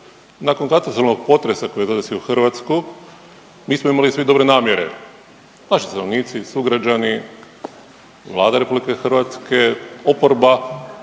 Nakon katastrofalnog potresa koji je zadesio Hrvatsku mi smo svi imali dobre namjere, naši stanovnici i sugrađani, Vlada RH, oporba,